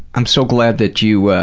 i'm so glad that you,